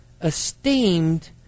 esteemed